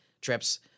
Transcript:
trips